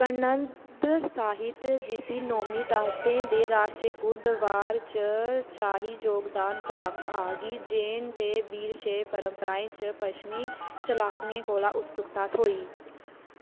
कन्नद साहित्य जिसी नौमीं दाह्के दे राश्ट्रकूट दरबार च शाही जोगदान प्राप्त हा गी जैन ते वीरशैव परंपराएं च पच्छमी चालुक्यें कोला उत्सुकता थ्होई